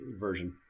version